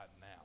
now